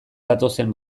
datozen